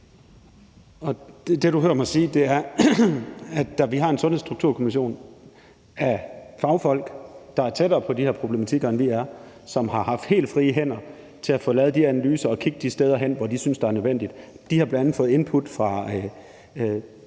Det, du hører mig sige, er, at vi har en Sundhedsstrukturkommission med fagfolk, der er tættere på de her problematikker, end vi er, og som har haft helt frie hænder til at få lavet de analyser og få kigget de steder hen, som de synes er nødvendigt. De har bl.a. fået input fra